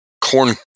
corn